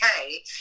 okay